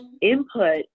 input